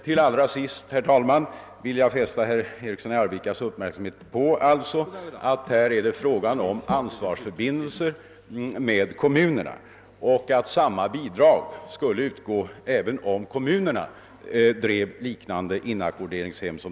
Till allra sist, herr talman, vill jag fästa herr Erikssons i Arvika uppmärksamhet på att det här är fråga om ansvarsförbindelser med kommunerna och att samma bidrag skulle utgå även om kommunerna drev liknande inackorderingshem.